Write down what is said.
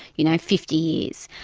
you know, fifty years,